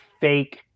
fake